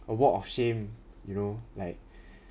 a walk of shame you know like